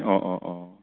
অঁ অঁ অঁ